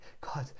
God